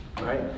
Right